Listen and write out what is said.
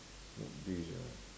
what dish ah